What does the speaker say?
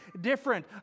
different